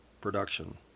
production